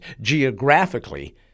geographically